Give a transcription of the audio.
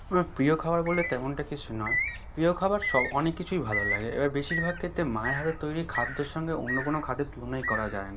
আমার প্রিয় খাবার বলে তেমনটা কিছু নয় প্রিয় খাবার সব অনেক কিছুই ভালো লাগে এবার বেশিরভাগ ক্ষেত্রে মায়ের হাতে তৈরি খাদ্যর সঙ্গে অন্য কোনো খাদ্যের তুলনাই করা যায় না